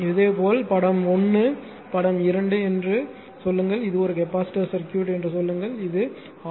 இதேபோல் படம் 1 படம் 2 என்று சொல்லுங்கள் இது ஒரு கெபாசிட்டர் சர்க்யூட் என்று சொல்லுங்கள் இது ஆர்